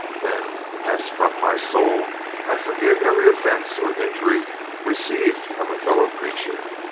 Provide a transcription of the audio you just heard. than as from my soul i forgive every offence or injury received from a fellow creature.